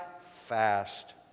fast